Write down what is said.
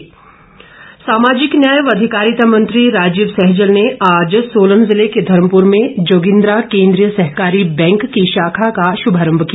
bank सामाजिक न्याय व अधिकारिता मंत्री राजीव सहजल ने आज सोलन जिले के धर्मपुर में जोगिन्द्रा केंद्रीय सहकारी बैंक की शाखा का श्भारंभ किया